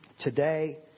Today